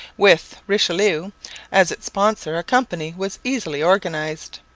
with richelieu as its sponsor a company was easily organized.